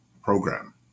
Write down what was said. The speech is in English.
program